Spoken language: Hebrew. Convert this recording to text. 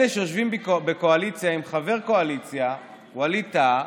אלה שיושבים בקואליציה עם חבר הקואליציה ווליד טאהא,